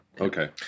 Okay